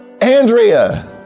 Andrea